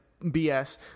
BS